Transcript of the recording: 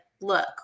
look